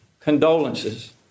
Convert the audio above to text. condolences